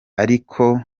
ariko